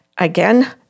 Again